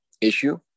issue